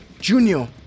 Junior